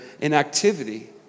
inactivity